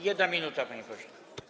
1 minuta, panie pośle.